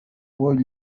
boy